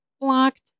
Blocked